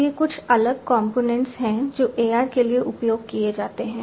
तो ये कुछ अलग कंपोनेंट्स हैं जो AR के लिए उपयोग किए जाते हैं